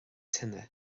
tine